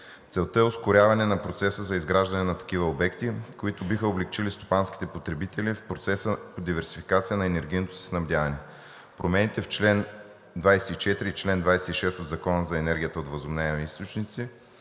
Целта е ускоряване на процеса за изграждане на такива обекти, които биха облекчили стопанските потребители в процеса по диверсификация на енергийното си снабдяване. Промените в чл. 24 и чл. 26 от Закона за енергията от възобновяеми източници